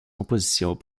compositions